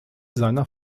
seiner